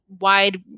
wide